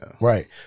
Right